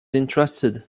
entrusted